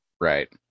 Right